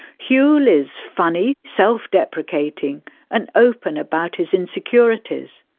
whewell is funny, self-deprecating and open about his insecurities.